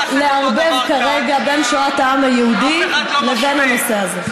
שלא לערבב כרגע בין שואת העם היהודי לבין הנושא הזה.